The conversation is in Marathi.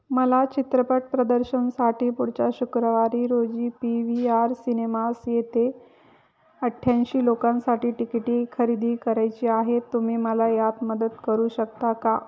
मला चित्रपट प्रदर्शनसाठी पुढच्या शुक्रवारी रोजी पी व्ही आर सिनेमास येथे अठ्ठ्याऐंशी लोकांसाठी तिकिटे खरेदी करायची आहे तुम्ही मला यात मदत करू शकता का